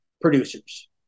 producers